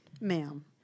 Ma'am